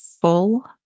full